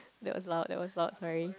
that was loud that was loud sorry